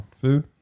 food